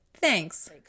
Thanks